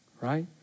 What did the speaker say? Right